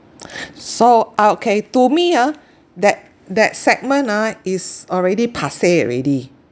so okay to me ah that that segment ah is already passe already